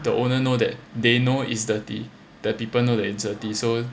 the owner know that they know is dirty the people know it's dirty so